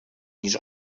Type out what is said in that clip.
niż